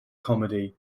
comedy